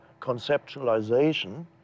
conceptualization